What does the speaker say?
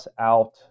out